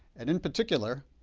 and in particular,